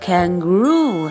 Kangaroo